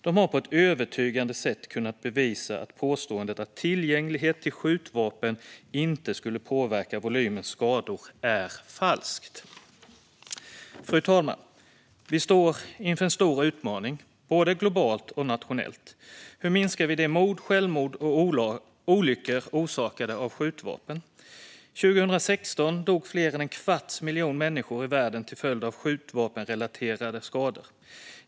De har på ett övertygande sätt kunnat bevisa att påståendet att tillgänglighet till skjutvapen inte skulle påverka volym och skador är falskt. Fru talman! Vi står inför en stor utmaning både globalt och nationellt: Hur minskar vi de mord, självmord och olyckor som är orsakade av skjutvapen? År 2016 dog fler än en kvarts miljon människor i världen till följd av skjutvapenrelaterade skador.